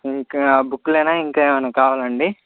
ఇంకా బుక్కులేనా ఇంక ఏమైన కావాలండి